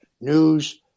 news